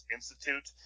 Institute